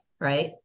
Right